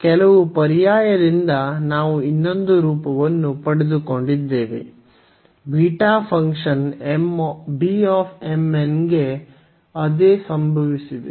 ಕೆಲವು ಪರ್ಯಾಯದಿಂದ ನಾವು ಇನ್ನೊಂದು ರೂಪವನ್ನು ಪಡೆದುಕೊಂಡಿದ್ದೇವೆ ಬೀಟಾ ಫಂಕ್ಷನ್ ಗೆ ಅದೇ ಸಂಭವಿಸಿದೆ